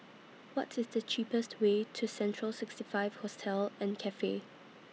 What IS The cheapest Way to Central sixty five Hostel and Cafe